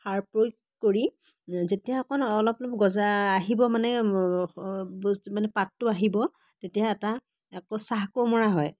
সাৰ প্ৰয়োগ কৰি যেতিয়া অকণ অলপ অলপ গজা আহিব মানে বস্তু মানে পাতটো আহিব তেতিয়া এটা আকৌ চাহ কোৰ মৰা হয়